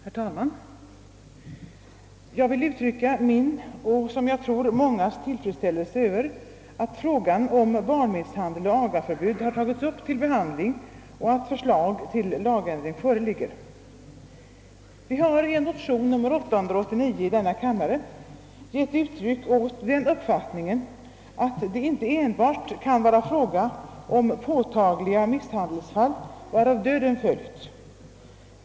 Herr talman! Jag vill uttrycka min och som jag tror mångas tillfredsställelse över att frågan om barnmisshandel och agaförbud har tagits upp till behandling och att förslag till lagändring föreligger. Vi har i motionen II: 889 givit uttryck åt den uppfattningen att det här inte bara gäller påtagliga misshandelsfall varav döden följt.